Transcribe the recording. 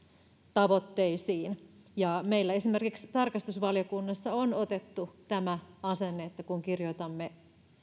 tavoitteisiin meillä esimerkiksi tarkastusvaliokunnassa on otettu tämä asenne että kun kirjoitamme